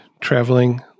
traveling